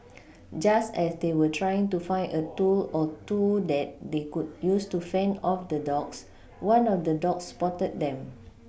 just as they were trying to find a tool or two that they could use to fend off the dogs one of the dogs spotted them